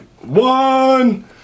one